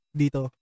dito